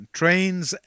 trains